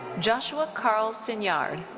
joshua carl siniard.